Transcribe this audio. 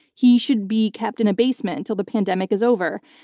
he should be kept in a basement until the pandemic is over.